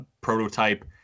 prototype